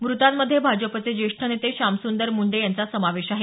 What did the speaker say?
मृतांमध्ये भाजपचे ज्येष्ठ नेते श्यामसुंदर मुंडे यांचा समावेश आहे